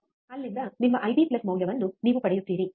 ಅಲ್ಲಿಂದ ನಿಮ್ಮ IB IB ಮೌಲ್ಯವನ್ನು ನೀವು ಪಡೆಯುತ್ತೀರಿ